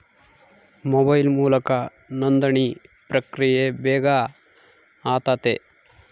mobile ಮೂಲಕ ನೋಂದಣಿ ಪ್ರಕ್ರಿಯೆ ಬೇಗ ಆತತೆ